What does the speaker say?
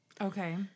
Okay